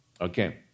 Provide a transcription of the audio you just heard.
Okay